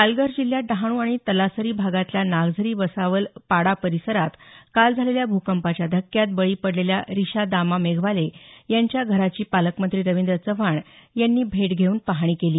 पालघर जिल्ह्यात डहाणू आणि तलासरी भागातल्या नागझरी वसावल पाडा परिसरात काल झालेल्या भूकंपाच्या धक्क्यात बळी पडलेल्या रिश्या दामा मेघवाले यांच्या घराची पालकमंत्री रवींद्र चव्हाण यांनी भेट देऊन पाहणी केली